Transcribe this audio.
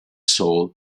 soul